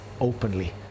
openly